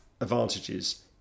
advantages